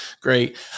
Great